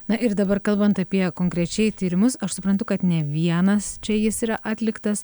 na ir dabar kalbant apie konkrečiai tyrimus aš suprantu kad ne vienas čia jis yra atliktas